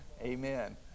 Amen